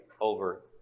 over